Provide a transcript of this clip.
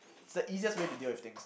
it's the easiest way to deal with things